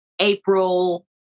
April